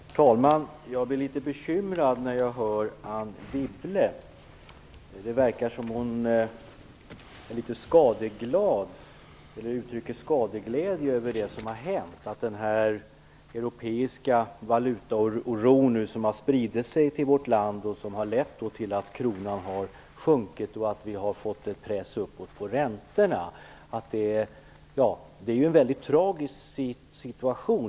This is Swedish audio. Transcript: Herr talman! Jag blir litet bekymrad när jag hör Anne Wibble. Det verkar som om hon uttrycker skadeglädje över det som har hänt. Att den europeiska valutaoron har spridit sig till vårt land och har lett till att kronan har sjunkit och att vi har fått en press uppåt på räntorna är en tragisk situation.